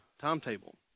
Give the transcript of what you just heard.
timetable